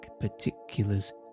particulars